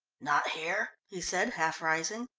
not here? he said, half rising.